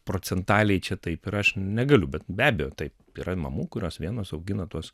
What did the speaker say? procentaliai čia taip ir aš negaliu bet be abejo taip yra mamų kurios vienos augina tuos